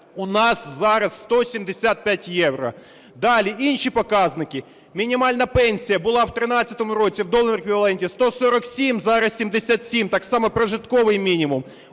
у нас зараз – 175 євро. Далі, інші показники. Мінімальна пенсія була в 13-му році в доларовому еквіваленті 147, зараз – 77. Так само прожитковий мінімум.